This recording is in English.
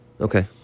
Okay